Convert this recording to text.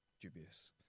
dubious